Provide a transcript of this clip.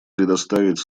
предоставить